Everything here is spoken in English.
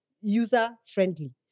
user-friendly